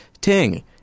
Ting